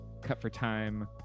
cut-for-time